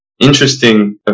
interesting